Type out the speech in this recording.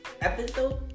episode